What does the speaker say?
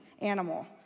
animal